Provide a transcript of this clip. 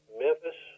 memphis